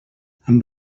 amb